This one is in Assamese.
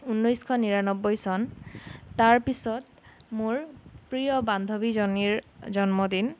ঊনৈছশ নিৰান্নবৈ চন তাৰপিছত মোৰ প্ৰিয় বান্ধৱীজনীৰ জন্মদিন